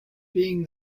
being